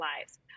lives